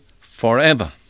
forever